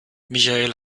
michael